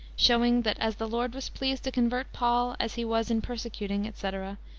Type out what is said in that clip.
showing that as the lord was pleased to convert paul as he was in persecuting, etc,